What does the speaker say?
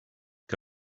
que